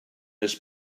this